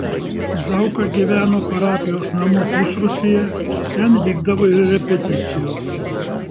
zauka gyveno parapijos namų pusrūsyje ten vykdavo ir repeticijos